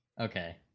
okay